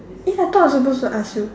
eh I thought I supposed to ask you